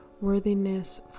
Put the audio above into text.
Worthiness